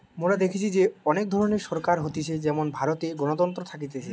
মোরা দেখেছি যে অনেক ধরণের সরকার হতিছে যেমন ভারতে গণতন্ত্র থাকতিছে